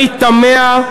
אני תמה,